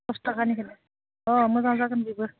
दस ताकानिखौनो अ मोजां जागोन बेबो